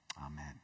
amen